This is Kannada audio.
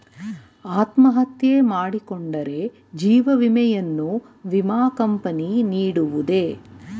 ಅತ್ಮಹತ್ಯೆ ಮಾಡಿಕೊಂಡರೆ ಜೀವ ವಿಮೆಯನ್ನು ವಿಮಾ ಕಂಪನಿ ನೀಡುವುದೇ?